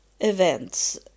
events